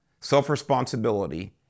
self-responsibility